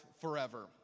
forever